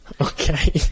Okay